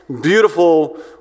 beautiful